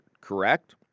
correct